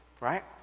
right